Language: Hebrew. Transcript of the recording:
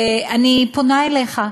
אני פונה אליך.